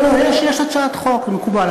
לא, לא, יש הצעת חוק, מקובל.